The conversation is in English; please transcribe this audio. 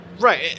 Right